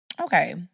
Okay